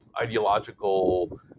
ideological